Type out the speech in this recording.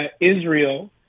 Israel